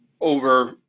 over